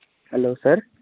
hello sir